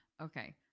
Okay